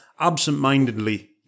absentmindedly